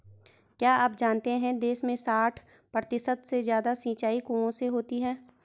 क्या आप जानते है देश में साठ प्रतिशत से ज़्यादा सिंचाई कुओं से होती है?